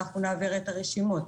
אנו נעביר את הרשימות.